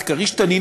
את "כריש-תנין",